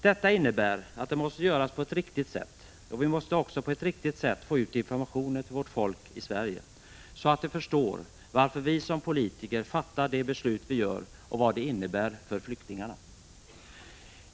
Detta innebär att arbetet måste bedrivas på ett riktigt sätt, och vi måste också på ett riktigt sätt få ut informationen till folket i Sverige, så att de förstår varför vi som politiker fattar de beslut vi gör och vad det innebär för flyktingarna.